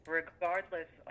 regardless